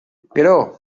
gero